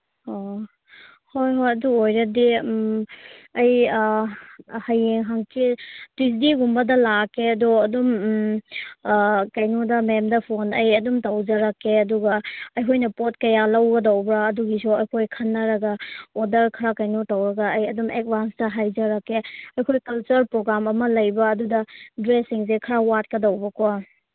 ꯑꯣ ꯍꯣꯏ ꯍꯣꯏ ꯑꯗꯨ ꯑꯣꯏꯔꯗꯤ ꯑꯩ ꯍꯌꯦꯡ ꯍꯥꯡꯆꯤꯠ ꯇꯨꯏꯁꯗꯦꯒꯨꯝꯕꯗ ꯂꯥꯛꯀꯦ ꯑꯗꯨ ꯑꯗꯨꯝ ꯀꯩꯅꯣꯗ ꯃꯦꯝꯗ ꯐꯣꯟ ꯑꯩ ꯑꯗꯨꯝ ꯇꯧꯖꯔꯛꯀꯦ ꯑꯗꯨꯒ ꯑꯩꯈꯣꯏꯅ ꯄꯣꯠ ꯀꯌꯥ ꯂꯧꯒꯗꯧꯕ꯭ꯔꯥ ꯑꯗꯨꯒꯤꯁꯨ ꯑꯩꯈꯣꯏ ꯈꯟꯅꯔꯒ ꯑꯣꯗꯔ ꯈꯔ ꯀꯩꯅꯣ ꯇꯧꯔꯒ ꯑꯩ ꯑꯗꯨꯝ ꯑꯦꯗꯚꯥꯟꯁꯇ ꯍꯥꯏꯖꯔꯛꯀꯦ ꯑꯩꯈꯣꯏ ꯀꯜꯆꯔ ꯄ꯭ꯔꯣꯒ꯭ꯔꯥꯝ ꯑꯃ ꯂꯩꯕ ꯑꯗꯨꯗ ꯗ꯭ꯔꯦꯁꯁꯤꯡꯁꯦ ꯈꯔ ꯋꯥꯠꯇꯧꯕꯀꯣ